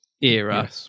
era